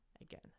again